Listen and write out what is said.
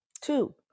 Two